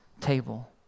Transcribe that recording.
table